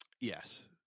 yes